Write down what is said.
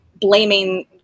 blaming